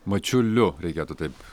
mačiuliu reikėtų taip